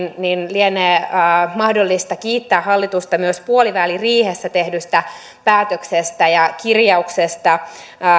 lienee mahdollista kiittää hallitusta myös puoliväliriihessä tehdystä päätöksestä ja kirjauksesta